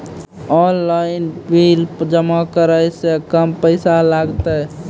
Online bill जमा करै से कम पैसा लागतै?